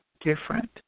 different